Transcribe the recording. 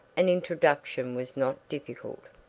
an introduction was not difficult.